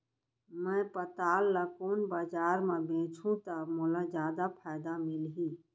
मैं पताल ल कोन बजार म बेचहुँ त मोला जादा फायदा मिलही?